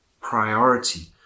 priority